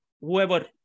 whoever